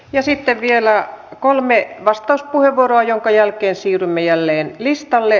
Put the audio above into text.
ja sitten vielä kolme vastauspuheenvuoroa minkä jälkeen siirrymme jälleen listalle